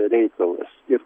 reikalas ir